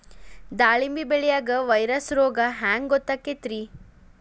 ದಾಳಿಂಬಿ ಬೆಳಿಯಾಗ ವೈರಸ್ ರೋಗ ಹ್ಯಾಂಗ ಗೊತ್ತಾಕ್ಕತ್ರೇ?